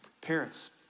Parents